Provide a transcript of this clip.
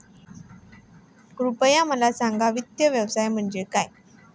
कृपया मला सांगा वित्त व्यवसाय म्हणजे काय?